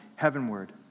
Heavenward